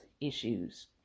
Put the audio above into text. issues